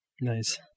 Nice